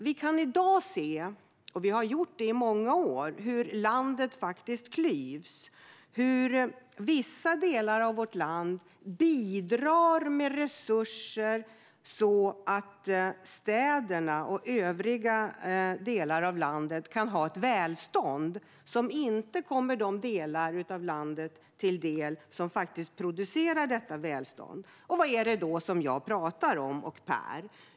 Vi kan i dag se, och har gjort det i många år, hur landet klyvs och vissa delar av vårt land bidrar med resurser så att städerna och övriga delar av landet kan ha ett välstånd som inte kommer de delar av landet till del som faktiskt producerar detta välstånd. Vad är det då som jag och Per talar om?